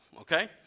okay